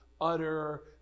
utter